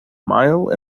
mile